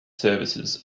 services